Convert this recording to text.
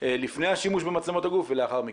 לפני השימוש במצלמות הגוף ולאחר מכן?